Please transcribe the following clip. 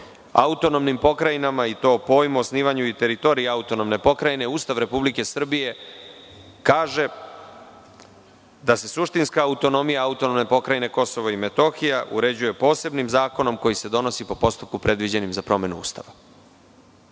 autonomnim pokrajinama i to pojmu „osnivanju i teritoriji autonomne pokrajine“, Ustav Republike Srbije kaže da se suštinska autonomija AP KiM uređuje posebnim zakonom koji se donosi po postupku predviđenim za promenu Ustava.